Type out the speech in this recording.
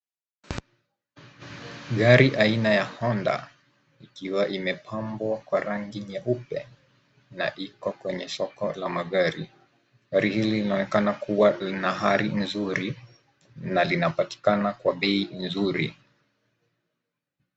Gari aina ya honda, ikiwa imepambwa kwa rangi nyeupe na iko kwenye soko la magari. Gari hili linaonekana kuwa lina hali nzuri na linapatikana kwa bei nzuri.